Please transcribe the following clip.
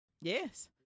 Yes